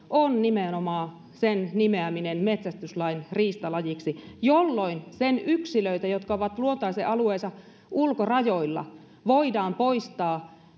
on nimenomaan sen nimeäminen metsästyslain riistalajiksi jolloin sen yksilöitä jotka ovat luontaisen alueensa ulkorajoilla voidaan poistaa